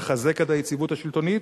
תחזק את היציבות השלטונית,